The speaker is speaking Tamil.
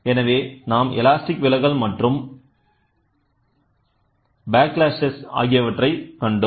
எனவே நாம் எலாஸ்டிக் விலகல் மற்றும் ப்ளாக்ளாஷ் ஆகியவற்றை கண்டோம்